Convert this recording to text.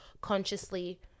consciously